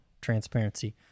transparency